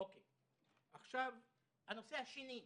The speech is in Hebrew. הנושא השני,